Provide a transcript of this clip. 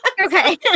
Okay